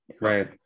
right